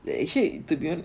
eh actually to be